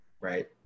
right